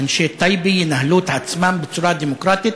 אנשי טייבה ינהלו את עצמם בצורה דמוקרטית,